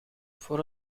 voor